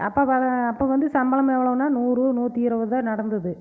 அப்போ ப அப்போ வந்து சம்பளம் எவ்வளவுனால் நூறு நூற்றி இருபது தான் நடந்தது